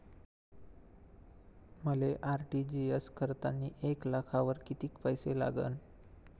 मले आर.टी.जी.एस करतांनी एक लाखावर कितीक पैसे लागन?